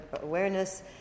awareness